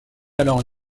alors